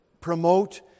promote